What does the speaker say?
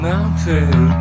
Mountain